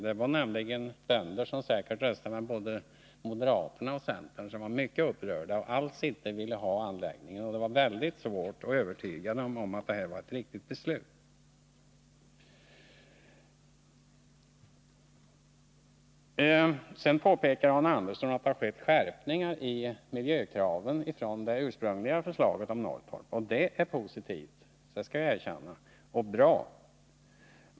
Det var nämligen bönder, som säkert röstar med både moderaterna och centern, som var mycket upprörda och alls inte ville ha anläggningen, och det var mycket svårt att övertyga dem om att det här var ett riktigt beslut. Arne Andersson påpekade att det har skett skärpningar i miljökraven från det ursprungliga förslaget om Norrtorp. Det är positivt — det skall jag erkänna.